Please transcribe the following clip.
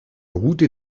route